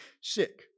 sick